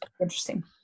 interesting